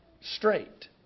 straight